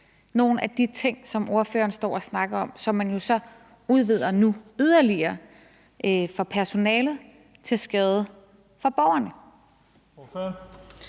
nogle af de ting, som ordføreren står og snakker om, og som man så nu udvider yderligere for personalet til skade for borgerne.